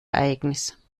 ereignis